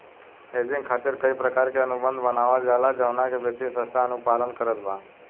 hedging खातिर कई प्रकार के अनुबंध बनावल जाला जवना के वित्तीय संस्था अनुपालन करत बा